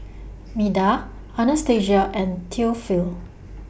Meda Anastasia and Theophile